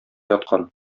яткан